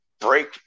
break